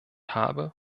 habe